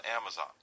Amazon